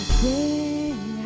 sing